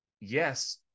yes